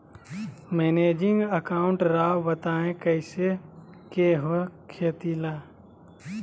Managing account Rao बताएं कैसे के हो खेती ला?